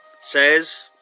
says